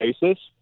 basis